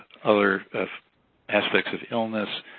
other aspects of illness